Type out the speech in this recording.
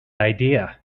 idea